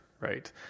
right